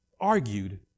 argued